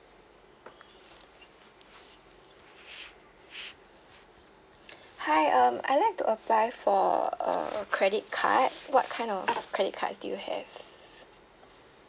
hi um I like to apply for a credit card what kind of credit cards do you have